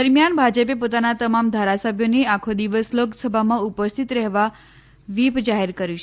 દરમિયાન ભાજપે પોતાના તમામ ધારાસભ્યોને આખો દિવસ લોકસભામાં ઉપસ્થિત રહેવા વ્હીપ જાહેર કર્યું છે